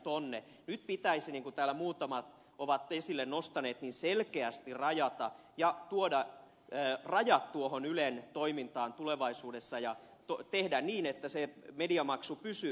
nyt pitäisi niin kuin täällä muutamat ovat esille nostaneet selkeästi tuoda rajat ylen toimintaan tulevaisuudessa ja tehdä se niin että se mediamaksu pysyy kohtuullisena